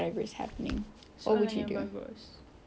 ya awak ni pandai lah buat soalan macam gini